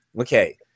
Okay